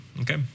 Okay